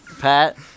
Pat